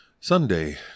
Sunday